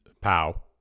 POW